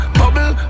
bubble